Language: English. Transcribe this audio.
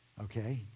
Okay